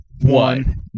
one